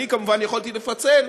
אני כמובן יכולתי לפצל,